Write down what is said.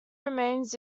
remains